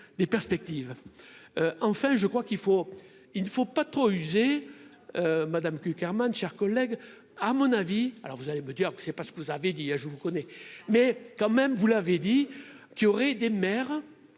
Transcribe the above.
des perspectives, enfin je crois qu'il faut. Il ne faut pas trop user Madame Cukierman, chers collègues, à mon avis, alors vous allez me dire que c'est parce que vous avez dit : ah, je vous connais, mais quand même, vous l'avez dit qu'il aurait des maires